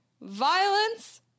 violence